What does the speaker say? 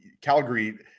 Calgary